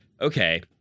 okay